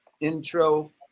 intro